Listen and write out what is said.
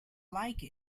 like